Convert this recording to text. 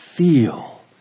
Feel